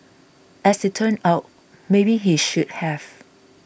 as it turned out maybe he should have